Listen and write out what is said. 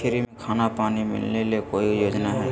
Free में खाना पानी मिलना ले कोइ योजना हय?